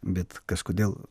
bet kažkodėl